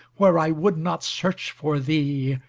where i would not search for thee,